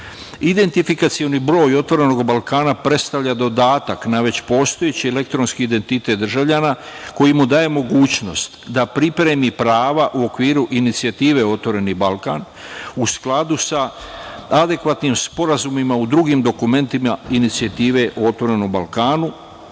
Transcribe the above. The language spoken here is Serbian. zemlji. Identifikacioni broj „Otvorenog Balkana“ predstavlja dodatak na već postojeći elektronski identitet državljana koji mu daje mogućnost da pripremi prava u okviru inicijative „Otvoreni Balkan“, u skladu sa adekvatnim sporazumima u drugim dokumentima inicijative o „Otvorenom Balkanu“